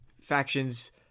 factions